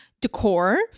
decor